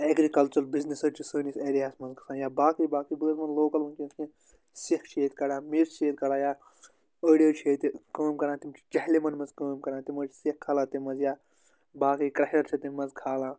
agricultural business حَظ چھِ سٲنِس ایریاہَس مَنٛز گژھان یا باقٕے باقٕے بٲژ منٛز لوکَل وٕنکیٚن کینٛہہ سیٚکھ چھِ ییٚتہِ کڑان میژۍ چھِ ییٚتہِ کَڑان یا أڑۍ حَظ چھِ ییٚتہِ کٲم کَران تِم چھِ جہلِمَن منٛز کٲم کَران تِم حَظ چھِ سیٚکھ کھالان تٔمہِ منٛز یا باقٕے کریشر چھِ تمہِ منٛز کھالان